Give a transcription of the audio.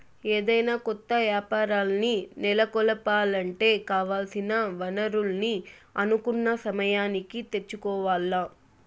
ఏదైనా కొత్త యాపారాల్ని నెలకొలపాలంటే కావాల్సిన వనరుల్ని అనుకున్న సమయానికి తెచ్చుకోవాల్ల